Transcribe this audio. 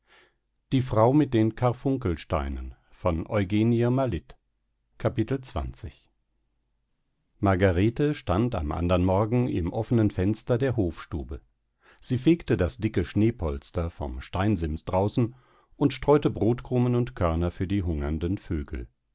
margarete stand am andern morgen im offenen fenster der hofstube sie fegte das dicke schneepolster vom steinsims draußen und streute brotkrumen und körner für die hungernden vögel